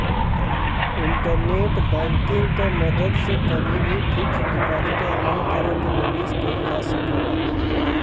internet banking क मदद से कभी भी फिक्स्ड डिपाजिट या अन्य तरह क निवेश कइल जा सकल जाला